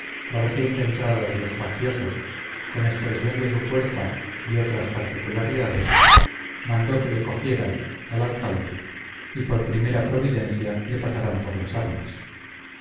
la reciente entrada de los facciosos con expresión de su fuerza y otras particularidades mandó que le cogieran al alcalde y por primera providencia le pasaran por las armas